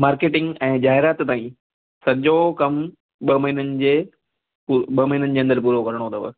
marketing ऐं जाहेरात ताईं सॼो कमु ॿ महीननि जे ओ ॿ महीननि जे अंदरि पूरो करिणो अथव